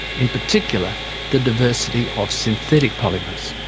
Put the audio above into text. in particular the diversity of synthetic polymers.